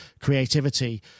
creativity